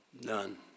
None